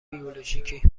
بیولوژیکی